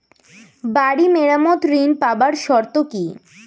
বাড়ি মেরামত ঋন পাবার শর্ত কি?